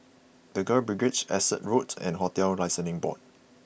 The Girls Brigade Essex Road and Hotels Licensing Board